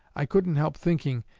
i couldn't help thinking,